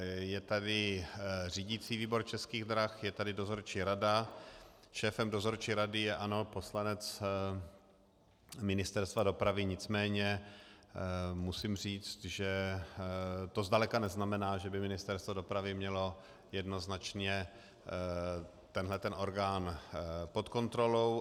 Je tady řídicí výbor Českých drah, je tady dozorčí rada, šéfem dozorčí rady je, ano, poslanec Ministerstva dopravy, nicméně musím říci, že to zdaleka neznamená, že by Ministerstvo dopravy mělo jednoznačně tento orgán pod kontrolou.